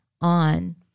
on